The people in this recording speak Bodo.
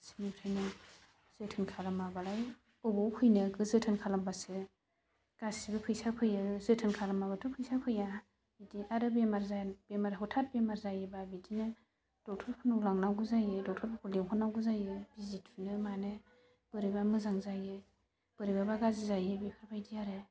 सिगांनिफ्रायनो जोथोन खालामाबालाय बबेयाव फैनो जोथोन खालामबासो गासैबो फैसा फैयो जोथोन खालामाबाथ' फैसा फैया बिदि आरो बेमार हथाद जायोबा बिदिनो डक्ट'रफोरनाव लांनांगौ जायो डक्ट'रफोरखौ लिंहरनांगौ जायो बिजि थुनो मानो बोरैबा मोजां जायो बोरैबाबा गाज्रि जायो बेफोरबायदि आरो